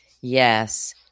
yes